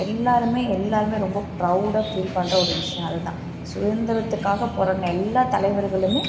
எல்லோருமே எல்லோருமே ரொம்ப ப்ரவுடாக ஃபீல் பண்ணுற ஒரு விஷயம் அதுதான் சுதந்திரத்துக்காக போராடின எல்லாத் தலைவர்களும்